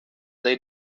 they